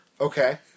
Okay